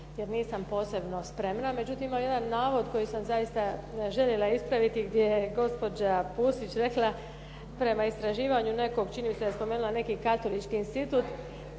jer nisam posebno spremna. Međutim, ima jedan navod koji sam zaista željela ispraviti gdje je gospođa Pusić rekla prema istraživanju nekog, čini mi se da je spomenula neki katolički institut,